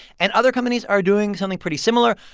and other companies are doing something pretty similar.